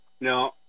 No